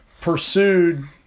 pursued